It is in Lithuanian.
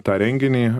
tą renginį